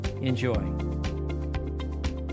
Enjoy